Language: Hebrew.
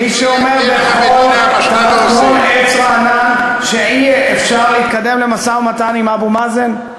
מי שאומר תחת כל עץ רענן שאי-אפשר להתקדם למשא-ומתן עם אבו מאזן?